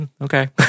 okay